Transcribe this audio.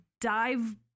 dive